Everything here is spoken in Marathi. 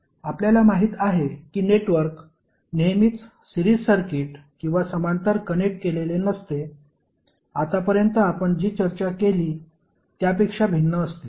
आपल्याला माहित आहे की नेटवर्क नेहमीच सिरीज सर्किट किंवा समांतर कनेक्ट केलेले नसते आतापर्यंत आपण जी चर्चा केली त्यापेक्षा भिन्न असते